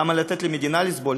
למה לתת למדינה לסבול?